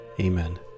amen